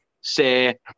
say